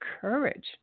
courage